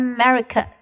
America